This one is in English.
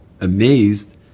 amazed